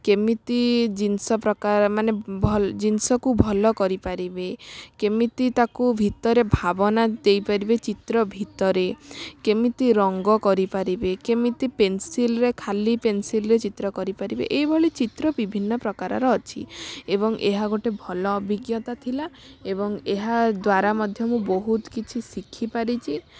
କେମିତି ଜିନିଷ ପ୍ରକାର ମାନେ ଭଲ ଜିନିଷକୁ ଭଲ କରି ପାରିବେ କେମିତି ତାକୁ ଭିତରେ ଭାବନା ଦେଇପାରିବେ ଚିତ୍ର ଭିତରେ କେମିତି ରଙ୍ଗ କରିପାରିବେ କେମିତି ପେନସିଲରେ ଖାଲି ପେନସିଲରେ ଚିତ୍ର କରି ପାରିବେ ଏଇଭଳି ଚିତ୍ର ବିଭିନ୍ନ ପ୍ରକାରର ଅଛି ଏବଂ ଏହା ଗୋଟେ ଭଲ ଅଭିଜ୍ଞତା ଥିଲା ଏବଂ ଏହାଦ୍ୱାରା ମଧ୍ୟ ମୁଁ ବହୁତ କିଛି ଶିଖିପାରିଛି